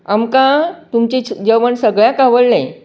आमकां तुमचें जे् जेवण सगळ्यांक आवडलें